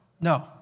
No